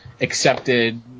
accepted